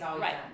right